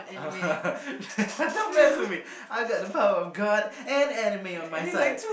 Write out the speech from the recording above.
oh don't mess with me I've got the power of god and anime on my side